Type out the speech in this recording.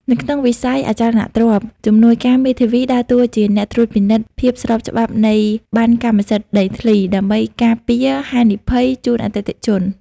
នៅក្នុងវិស័យអចលនទ្រព្យ ជំនួយការមេធាវីដើរតួជាអ្នកត្រួតពិនិត្យភាពស្របច្បាប់នៃប័ណ្ណកម្មសិទ្ធិដីធ្លី ដើម្បីការពារហានិភ័យជូនអតិថិជន។